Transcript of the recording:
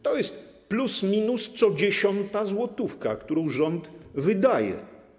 To jest plus minus co dziesiąta złotówka, którą rząd wydaje.